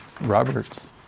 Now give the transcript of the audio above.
Roberts